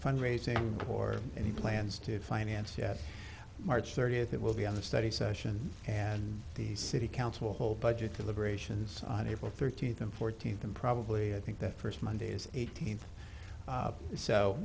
fund raising or any plans to finance yet march thirtieth it will be under study session and the city council whole budget deliberations on april thirteenth and fourteenth and probably i think that first monday's eighteenth